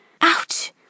Ouch